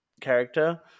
character